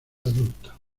adulta